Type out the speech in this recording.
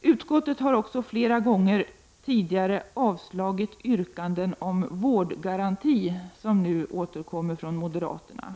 Utskottet har också flera gånger tidigare avstyrkt yrkanden om vårdgaranti, som nu återkommer från moderaterna.